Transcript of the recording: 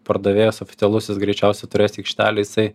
pardavėjas oficialus jis greičiausia turės aikštelę jisai